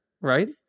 right